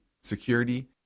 security